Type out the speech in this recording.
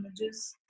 images